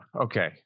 okay